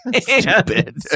stupid